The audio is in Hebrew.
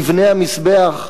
מבנה המזבח,